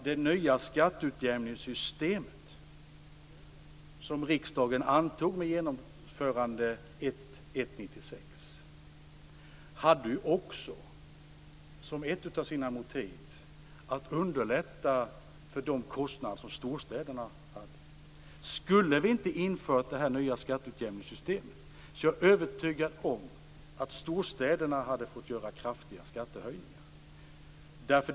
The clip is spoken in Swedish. Det nya skatteutjämningssystem som riksdagen antog, med genomförande den 1 januari 1996, hade också som ett av sina motiv att underlätta för storstäderna på grund av deras kostnader. Om vi inte skulle ha infört det nya skatteutjämningssystemet är jag övertygad om att storstäderna hade fått göra kraftiga skattehöjningar.